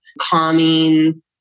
calming